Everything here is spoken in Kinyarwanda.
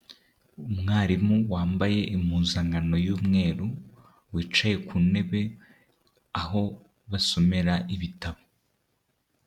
Umwarimu wambaye impuzankano y'umweru, wicaye ku ntebe aho basomera ibitabo.